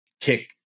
kick